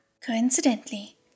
Coincidentally